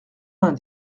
vingt